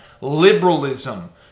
liberalism